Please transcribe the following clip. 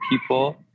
people